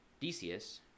Decius